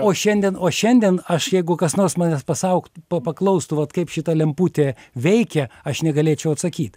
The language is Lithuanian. o šiandien o šiandien aš jeigu kas nors manęs pasaukt pa paklaustų vat kaip šita lemputė veikia aš negalėčiau atsakyt